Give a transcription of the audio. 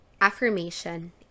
affirmation